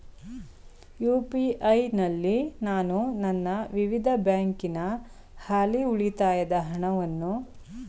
UPI ನಲ್ಲಿ ನಾನು ನನ್ನ ವಿವಿಧ ಬ್ಯಾಂಕಿನ ಹಾಲಿ ಉಳಿತಾಯದ ಹಣವನ್ನು ಪರಿಶೀಲಿಸಬಹುದೇ?